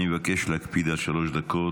אני מבקש להקפיד על שלוש דקות.